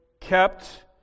kept